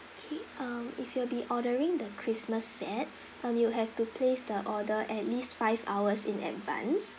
okay uh if you will be ordering the christmas set um you'd have to place the order at least five hours in advance